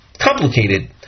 complicated